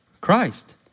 Christ